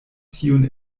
tiun